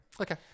Okay